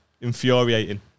infuriating